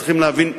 צריך להבין,